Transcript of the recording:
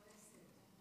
זה סדר הדברים,